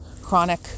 chronic